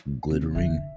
Glittering